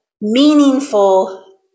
meaningful